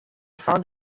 found